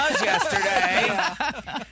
Yesterday